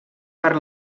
per